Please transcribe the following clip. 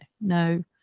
no